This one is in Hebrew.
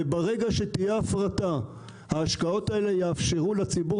וברגע שתהיה הפרטה ההשקעות האלה יאפשרו לציבור